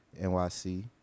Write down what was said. NYC